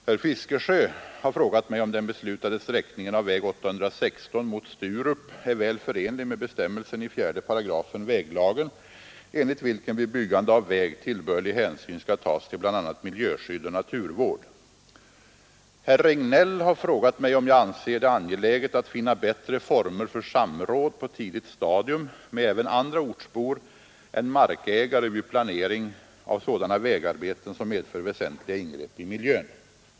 Herr Fiskesjö har frågat mig om den beslutade sträckningen av väg 816 mot Sturup är väl förenlig med bestämmelsen i 4 § väglagen enligt vilken vid byggande av väg tillbörlig hänsyn skall tagas till bl.a. miljöskydd och naturvård. Herr Regnéll har frågat mig om jag anser det angeläget att finna bättre former för samråd på tidigt stadium med även andra ortsbor än markägare vid planering av sådana vägarbeten, som medför väsentliga ingrepp i miljön.